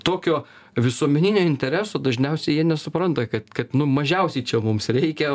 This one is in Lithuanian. tokio visuomeninio intereso dažniausiai jie nesupranta kad kad nu mažiausiai čia mums reikia